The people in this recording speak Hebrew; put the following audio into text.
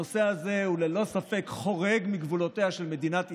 הנושא הזה ללא ספק חורג מגבולותיה של מדינת ישראל.